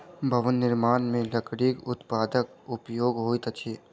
भवन निर्माण मे लकड़ीक उत्पादक उपयोग होइत अछि